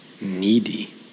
needy